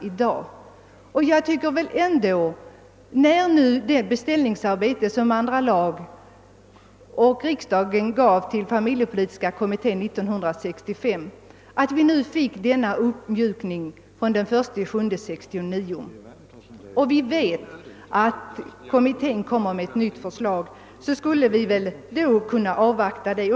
Med hänsyn till att familjepolitiska kommittén efter beslut av riksdagen på andra lagutskottets förslag år 1965 fått beställningsarbetet att utreda denna fråga, då vidare en uppmjukning skett från och med den 1 juli 1969 och då kommittén ämnar framlägga ett förslag om familjepolitiken, tycker jag att vi borde kunna avvakta detta.